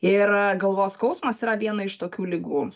ir galvos skausmas yra viena iš tokių ligų